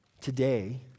Today